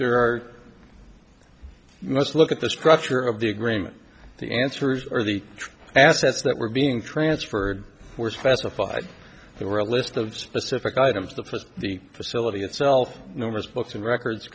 there are must look at the structure of the agreement the answers are the assets that were being transferred were specified there were a list of specific items that was the facility itself known as books and records